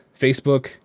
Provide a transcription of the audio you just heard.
Facebook